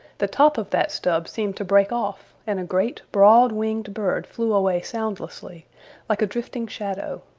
the top of that stub seemed to break off, and a great, broad-winged bird flew away soundlessly like a drifting shadow.